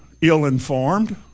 ill-informed